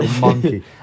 monkey